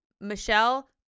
michelle